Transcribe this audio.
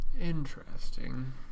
Interesting